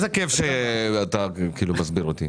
איזה כיף שאתה מסביר אותי.